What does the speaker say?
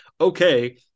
okay